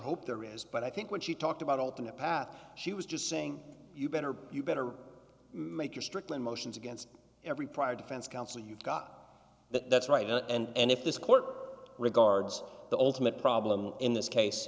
hope there is but i think when she talked about alternate path she was just saying you better you better make your strickland motions against every prior defense counsel you've got that that's right and if this court regards the ultimate problem in this case